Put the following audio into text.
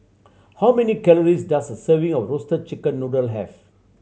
how many calories does a serving of Roasted Chicken Noodle have